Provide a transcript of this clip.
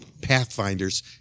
Pathfinders